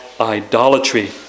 idolatry